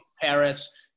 paris